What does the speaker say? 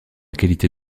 qualité